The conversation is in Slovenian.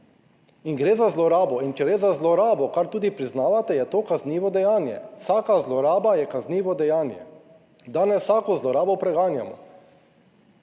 In gre za zlorabo in če gre za zlorabo, kar tudi priznavate, je to kaznivo dejanje. Vsaka zloraba je kaznivo dejanje. Danes vsako zlorabo preganjamo.